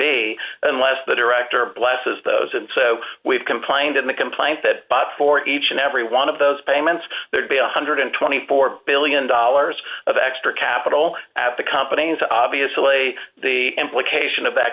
a unless the director blesses those and so we've complained in the complaint that bought for each and every one of those payments there'd be one hundred and twenty four billion dollars of extra capital at the company's obviously the implication of that